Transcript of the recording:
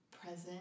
present